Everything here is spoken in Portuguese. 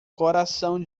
coração